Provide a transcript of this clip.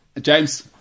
James